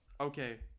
okay